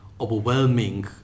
overwhelming